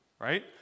Right